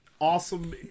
awesome